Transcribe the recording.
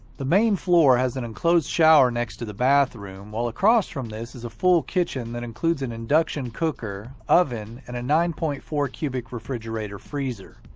the main floor has an enclosed shower next to the bathroom while across from this is a full kitchen that includes an induction cooker, oven, and a nine point four cubic foot refrigerator freezer.